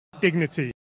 dignity